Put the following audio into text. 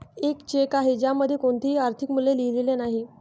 एक चेक आहे ज्यामध्ये कोणतेही आर्थिक मूल्य लिहिलेले नाही